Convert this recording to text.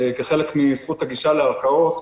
כחלק מזכות הגישה לערכאות,